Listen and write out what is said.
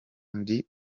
ndi